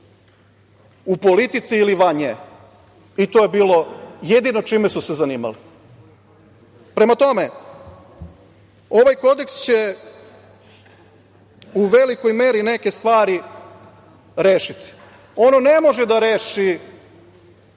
u politici ili van nje i to je bilo jedino čime su se zanimali. Prema tome, ovaj kodeks će u velikoj meri neke stvari rešiti, ono ne može da reši